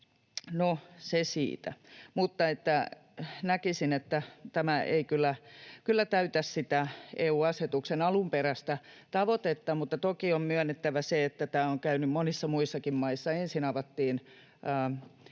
se siitä, mutta näkisin, että tämä ei kyllä täytä sitä EU-asetuksen alkuperäistä tavoitetta. Toki on myönnettävä se, että näin on käynyt monissa muissakin maissa. Ensin avattiin